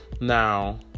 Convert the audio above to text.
Now